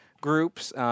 groups